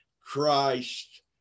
Christ